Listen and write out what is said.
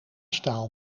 staal